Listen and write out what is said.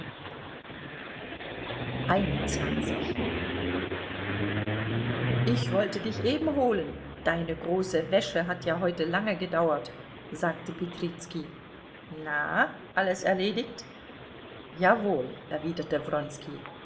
ich wollte dich eben holen deine große wäsche hat ja heute lange gedauert sagte petrizki na alles erledigt jawohl erwiderte